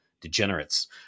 degenerates